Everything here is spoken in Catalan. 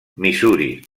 missouri